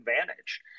advantage